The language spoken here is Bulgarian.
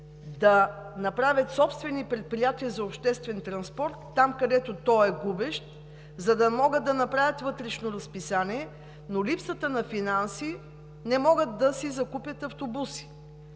да направят собствени предприятия за обществен транспорт там, където той е губещ, за да могат да направят вътрешно разписание. Но при липсата на финанси те не могат да си закупят автобуси.